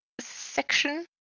section